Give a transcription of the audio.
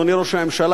אדוני ראש הממשלה,